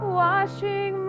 washing